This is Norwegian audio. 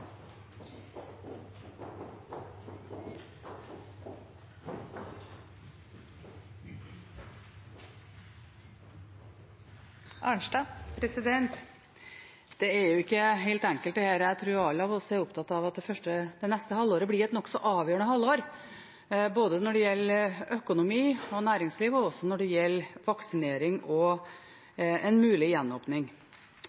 opptatt av at det neste halvåret blir et nokså avgjørende halvår, både når det gjelder økonomi og næringslivet, og også når det gjelder vaksinering